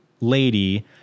lady